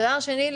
דבר שני,